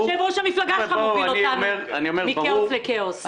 יושב-ראש המפלגה שלך מוביל אותנו מכאוס לכאוס.